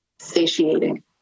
satiating